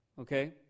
Okay